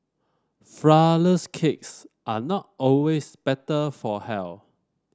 flourless cakes are not always better for health